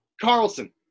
Carlson